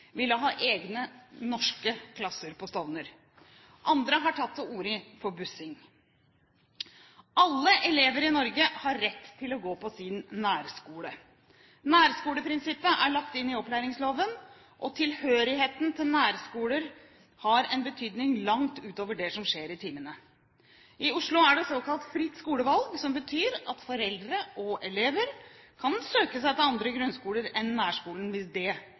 ville ha egne norske klasser på Stovner. Andre har tatt til orde for bussing. Alle elever i Norge har rett til å gå på sin nærskole. Nærskoleprinsippet er lagt inn i opplæringsloven, og tilhørigheten til nærskolen har en betydning langt utover det som skjer i timene. I Oslo er det såkalt fritt skolevalg, som betyr at foreldre og elever kan søke seg til andre grunnskoler enn nærskolen hvis det